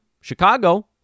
Chicago